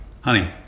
Honey